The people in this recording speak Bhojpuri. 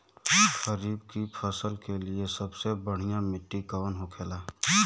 खरीफ की फसल के लिए सबसे बढ़ियां मिट्टी कवन होखेला?